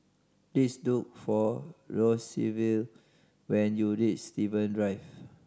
please look for Roosevelt when you reach Steven Drive